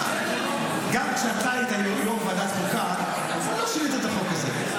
גם כשאתה היית יושב-ראש ועדת חוקה לא שינית את החוק הזה.